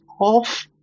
off